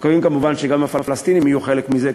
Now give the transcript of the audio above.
אנחנו מקווים כמובן שגם הפלסטינים יהיו חלק מזה,